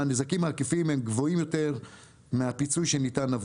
הנזקים העקיפים הם גבוהים יותר מהפיצוי שניתן,